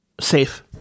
Safe